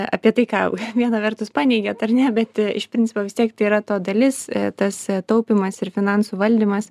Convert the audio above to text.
apie tai ką viena vertus paneigėt ar ne bet iš principo vis tiek tai yra to dalis tas taupymas ir finansų valdymas